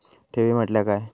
ठेवी म्हटल्या काय?